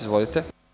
Izvolite.